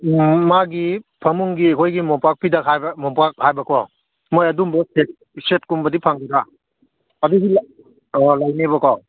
ꯃꯥꯒꯤ ꯐꯃꯨꯡꯒꯤ ꯑꯩꯈꯣꯏꯒꯤ ꯃꯣꯝꯄꯥꯛ ꯐꯤꯗꯛ ꯍꯥꯏꯕ ꯃꯣꯝꯄꯥꯛ ꯍꯥꯏꯕꯀꯣ ꯃꯣꯏ ꯑꯗꯨꯝꯕ ꯁꯦꯠ ꯁꯦꯠꯀꯨꯝꯕꯗꯤ ꯐꯪꯒꯗ꯭ꯔꯥ ꯑꯗꯨꯁꯨ ꯑꯥ ꯂꯩꯅꯦꯕꯀꯣ